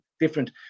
different